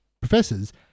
professors